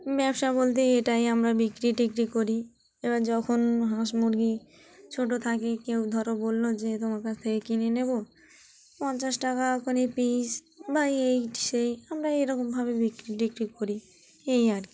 ব্যবসা বলতে এটাই আমরা বিক্রি টিক্রি করি এবার যখন হাঁস মুরগি ছোটো থাকে কেউ ধরো বললো যে তোমার কাছ থেকে কিনে নেবো পঞ্চাশ টাকা এ করেই পিস বা এই সেই আমরা এরকমভাবে বিক্রি টিক্রি করি এই আর কি